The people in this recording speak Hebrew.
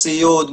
ציוד,